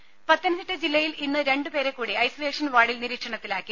ടെട്ട പത്തനംതിട്ട ജില്ലയിൽ ഇന്ന് രണ്ടു പേരെക്കൂടി ഐസൊലേഷൻ വാർഡിൽ നിരീക്ഷണത്തിലാക്കി